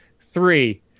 three